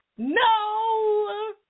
No